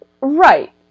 Right